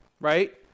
right